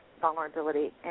vulnerability